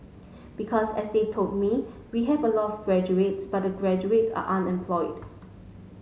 because as they told me we have a lot of graduates but the graduates are unemployed